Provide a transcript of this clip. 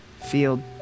field